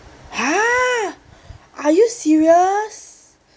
!huh! are you serious